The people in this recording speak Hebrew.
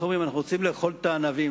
אנחנו רוצים לאכול את הענבים,